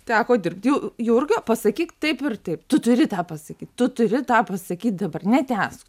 teko dirbti ju jurgio pasakyk taip ir taip tu turi tą pasakyt tu turi tą pasakyt dabar netęs